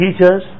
teachers